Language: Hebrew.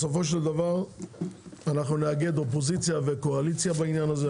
בסופו של דבר אנחנו נאגד אופוזיציה וקואליציה בעניין הזה,